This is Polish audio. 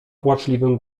płaczliwym